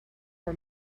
for